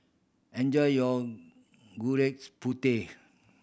enjoy your gudegs putih